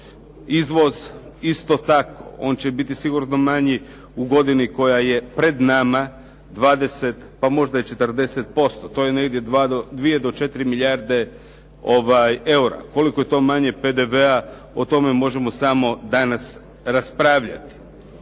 Izvoz isto tako. On će biti sigurno manji u godini koja je pred nama 20 pa možda i 40%. To je negdje 2 do 4 milijarde eura. Koliko je to manje PDV-a o tome možemo samo danas raspravljati.